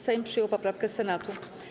Sejm przyjął poprawkę Senatu.